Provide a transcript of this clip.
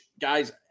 guys